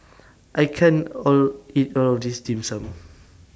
I can't All eat All of This Dim Sum